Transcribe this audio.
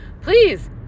please